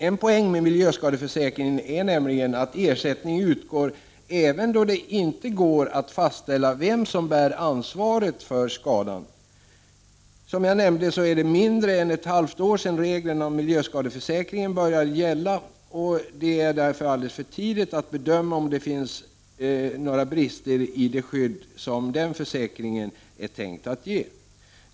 En poäng med miljöskadeförsäkringen är nämligen att ersättning utgår även då det inte går att fastställa vem som bär ansvaret för skadan. Som jag nämnde är det mindre än ett halvt år sedan reglerna om miljöskadeförsäkringen började gälla, och det är därför alldeles för tidigt att bedöma om det finns några brister i det skydd som den försäkringen är tänkt att ge.